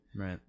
right